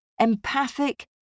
empathic